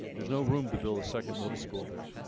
there's no room to build a second middle school there.